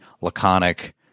laconic